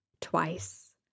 twice